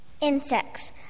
Insects